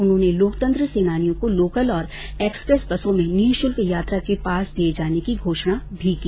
उन्होंने लोकतंत्र सेनानियों को लोकल और एक्सप्रेस बसों में निशुल्क यात्रा के पास दिए जाने की घोषणा भी की